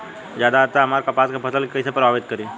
ज्यादा आद्रता हमार कपास के फसल कि कइसे प्रभावित करी?